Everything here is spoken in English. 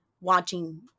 watching